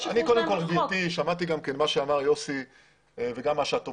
שמעתי מה שאמר יוסי וגם מה שאת אומרת.